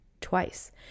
twice